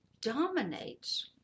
dominates